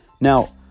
Now